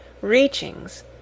Reachings